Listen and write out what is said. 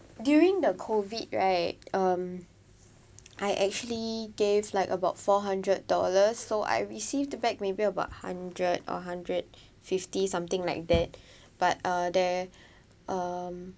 during the COVID right um I actually gave like about four hundred dollars so I received back maybe about hundred or hundred fifty something like that but uh there um